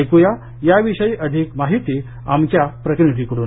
ऐक्या या विषयी अधिक माहिती आमच्या प्रतिनिधि कडून